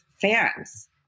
fans